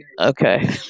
Okay